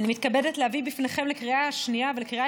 אני מתכבדת להביא בפניכם לקריאה שנייה ולקריאה